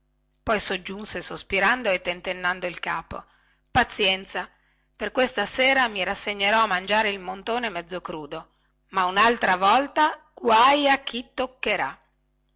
poi soggiunse sospirando e tentennando il capo pazienza per questa sera mi rassegnerò a mangiare il montone mezzo crudo ma unaltra volta guai a chi toccherà